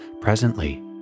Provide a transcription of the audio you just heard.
Presently